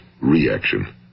reaction